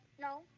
no